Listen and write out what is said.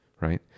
Right